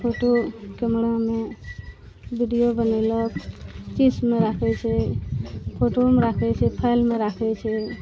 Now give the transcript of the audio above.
photo कैमरामे video बनेलक चिप्समे राखै छै फोटोमे राखै छै फाइलमे राखै छै